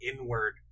inward